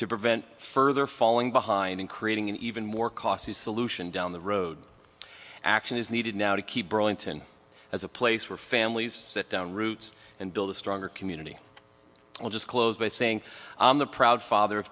to prevent further falling behind in creating an even more costly solution down the road action is needed now to keep burlington as a place for families sit down roots and build a stronger community i'll just close by saying i'm the proud father